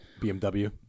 BMW